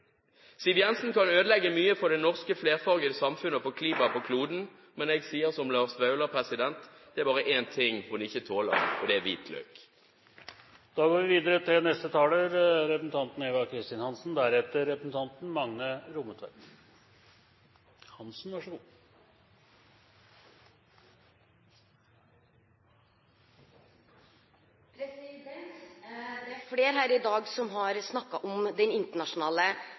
Siv Jensen kan ødelegge mye for det norske flerfargede samfunn og for klimaet på kloden. Men jeg sier som Lars Vaular: Det er bare en ting hun ikke tåler, og det er hvitløk. Det er flere her i dag som har snakket om den internasjonale